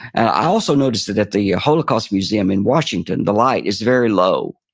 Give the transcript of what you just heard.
i also noticed that at the holocaust museum in washington, the light is very low.